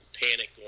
panic